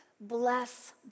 Bless